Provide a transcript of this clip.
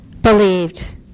believed